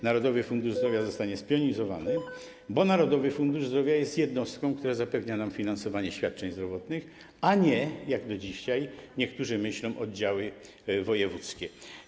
Narodowy Fundusz Zdrowia zostanie spionizowany, bo Narodowy Fundusz Zdrowia jest jednostką, która zapewnia nam finansowanie świadczeń zdrowotnych, a nie, jak do dzisiaj niektórzy myślą, finansowanie oddziałów wojewódzkich.